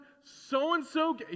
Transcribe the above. so-and-so